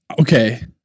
okay